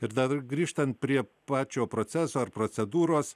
ir dar grįžtant prie pačio proceso ar procedūros